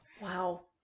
Wow